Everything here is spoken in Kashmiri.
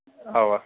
اَوا